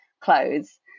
clothes